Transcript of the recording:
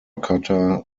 cotta